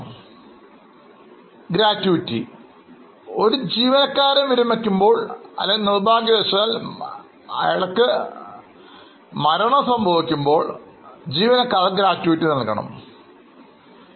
ഒരുദാഹരണമായി gratuity ഒരു ജീവനക്കാരൻ വിരമിക്കുമ്പോൾ അല്ലെങ്കിൽ നിർഭാഗ്യവശാൽ മരണം അടയുമ്പോൾ നമ്മൾ ജീവനക്കാർക്ക് ഗ്രാറ്റിവിറ്റി നൽകണമെന്ന് നിങ്ങളിൽ മിക്കവർക്കും അറിയാം എന്ന് ഞാൻ കരുതുന്നു